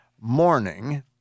morning